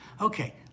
okay